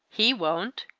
he won't.